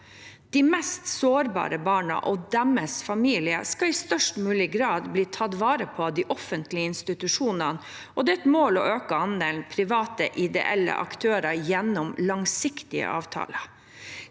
De mest sårbare barna og deres familier skal i størst mulig grad bli tatt vare på av de offentlige institusjonene, og det er et mål å øke andelen private ideelle aktører gjennom langsiktige avtaler.